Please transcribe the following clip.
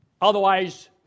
Otherwise